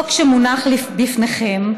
החוק שמונח לפניכם,